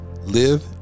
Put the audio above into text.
live